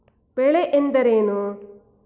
ಬೆಳೆ ಎಂದರೇನು?